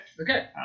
Okay